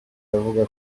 iravuga